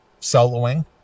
soloing